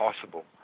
possible